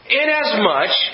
inasmuch